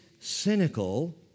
cynical